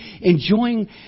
enjoying